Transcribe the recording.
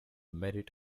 merit